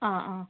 ആ ആ